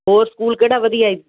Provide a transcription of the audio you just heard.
ਹੋਰ ਸਕੂਲ ਕਿਹੜਾ ਵਧੀਆ